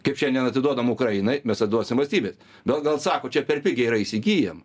kaip šiandien atiduodam ukrainai mes atduosim valstybės daugels sako čia per pigiai yra įsigyjam